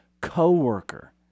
co-worker